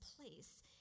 place